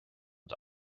und